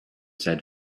said